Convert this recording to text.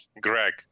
Greg